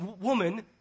woman